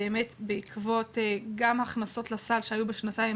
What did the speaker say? באמת בעקבות גם הכנסות לסל שהיו בשנתיים